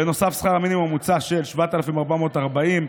בנוסף, שכר המינימום המוצע, של 7,440 שקלים,